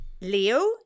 Leo